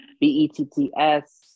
b-e-t-t-s